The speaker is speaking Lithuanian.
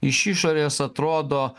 iš išorės atrodo